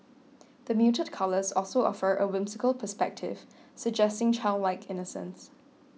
the muted colours also offer a whimsical perspective suggesting childlike innocence